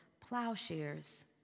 plowshares